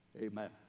amen